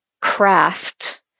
craft